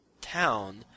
town